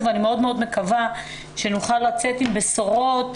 ואני מאוד מאוד מקווה שנוכל לצאת עם בשורות